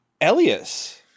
Elias